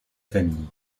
famille